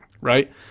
right